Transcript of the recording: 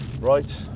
Right